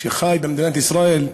שחי במדינת ישראל.